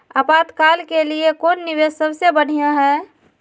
आपातकाल के लिए कौन निवेस सबसे बढ़िया है?